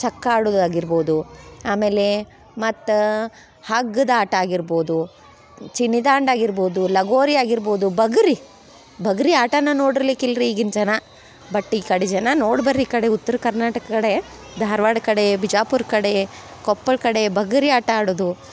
ಚಕ್ಕ ಆಡುವುದಾಗಿರ್ಬೋದು ಆಮೇಲೆ ಮತ್ತು ಹಗ್ಗದ ಆಟ ಆಗಿರ್ಬೋದು ಚಿನ್ನಿದಾಂಡು ಆಗಿರ್ಬೋದು ಲಗೋರಿ ಆಗಿರ್ಬೋದು ಬುಗರಿ ಬುಗ್ರಿ ಆಟನೇ ನೋಡಿರ್ಲಿಕ್ಕಿಲ್ಲ ರೀ ಈಗಿನ ಜನ ಬಟ್ ಈ ಕಡೆ ಜನ ನೋಡಿ ಬನ್ರಿ ಈ ಕಡೆ ಉತ್ರ ಕರ್ನಾಟಕ ಕಡೆ ಧಾರ್ವಾಡ ಕಡೆ ಬಿಜಾಪುರ ಕಡೆ ಕೊಪ್ಪಳ ಕಡೆ ಬುಗ್ರಿ ಆಟ ಆಡುವುದು